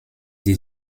die